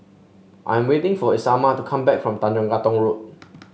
I am waiting for Isamar to come back from Tanjong Katong Road